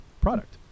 product